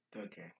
Okay